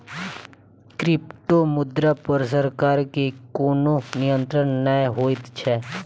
क्रिप्टोमुद्रा पर सरकार के कोनो नियंत्रण नै होइत छै